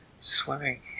swimming